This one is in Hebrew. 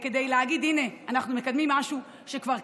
כדי להגיד: הינה, אנחנו מקדמים משהו שכבר קיים,